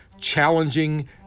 challenging